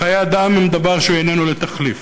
חיי אדם הם דבר שאיננו לתחליף,